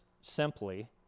simply